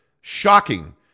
shocking